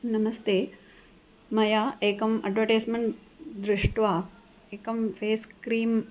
नमस्ते मया एकम् अड्वटैस्मेन्ट् दृष्ट्वा एकं फ़ेस्क्रीम्